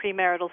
premarital